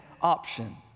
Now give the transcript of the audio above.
option